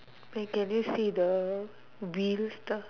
then can you see the wheel stuff